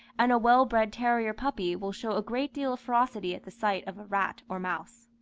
and a well-bred terrier puppy will show a great deal of ferocity at the sight of a rat or mouse.